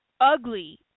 ugly